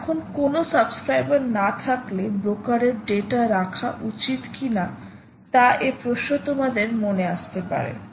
এখন কোন সাবস্ক্রাইবার না থাকলে ব্রোকারের ডেটা রাখা উচিত কিনা তা এ প্রশ্ন তোমাদের মনে আসতে পারে